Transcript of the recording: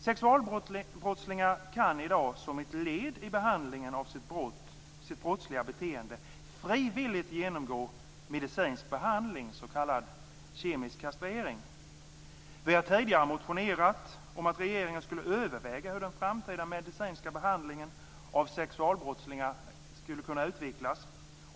Sexualbrottslingar kan i dag som ett led i behandlingen av sitt brottsliga beteende frivilligt genomgå medicinsk behandling, s.k. kemisk kastrering. Vi har tidigare motionerat om att regeringen skulle överväga hur den framtida medicinska behandlingen av sexualbrottslingar skall kunna utvecklas.